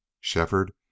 Shefford